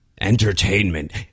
entertainment